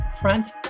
Front